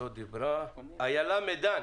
איילה מידן,